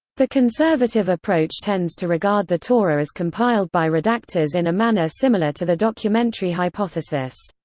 the conservative approach tends to regard the torah as compiled by redactors in a manner similar to the documentary hypothesis.